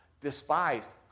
despised